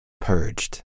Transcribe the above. purged